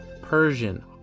Persian